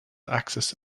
axis